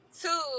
Two